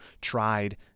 tried